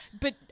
But-